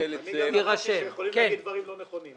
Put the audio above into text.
אני גם למדתי שיכולים להגיד דברים לא נכונים,